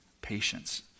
patience